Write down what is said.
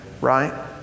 right